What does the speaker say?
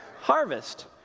Harvest